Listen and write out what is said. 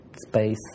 space